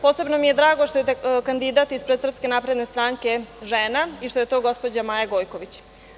Posebno mi je drago što je kandidat iz Srpske napredne stranke žena i što je to gospođa Maja Gojković.